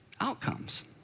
outcomes